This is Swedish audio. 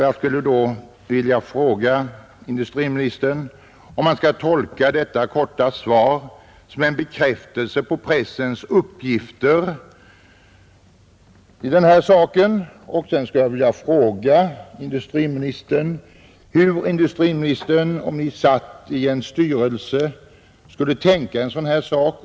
Jag skulle därför vilja fråga industriministern om man skall tolka detta korta svar som en bekräftelse på pressens uppgifter i den här saken. Och hur skulle industriministern, om statsrådet satt i en styrelse, tänka i ett sådant fall?